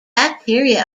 bacteria